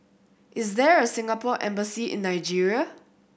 is there a Singapore Embassy in Nigeria